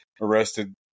arrested